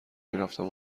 میرفتم